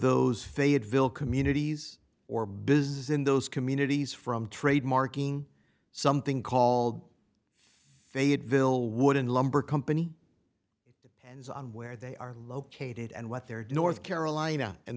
those fayetteville communities or business in those communities from trademarking something called fayetteville wooden lumber company hands on where they are located and what their doors carolina and